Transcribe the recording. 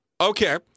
Okay